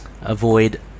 avoid